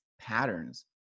patterns